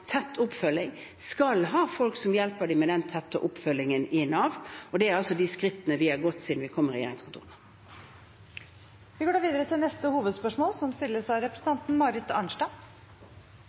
tett oppfølging, skal ha folk som hjelper dem med den tette oppfølgingen i Nav, og det er altså de skrittene vi har gått siden vi kom i regjeringskontorene. Vi går videre til neste hovedspørsmål.